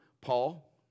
Paul